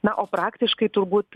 na o praktiškai turbūt